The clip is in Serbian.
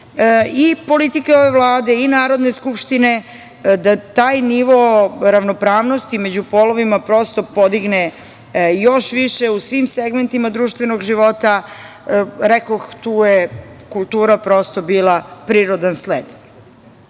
i politike ove Vlade i Narodne skupštine da taj nivo ravnopravnosti među polovina prosto podigne još više u svim segmentima društvenog života. Rekoh, tu je kultura prosto bila prirodan sled. Danas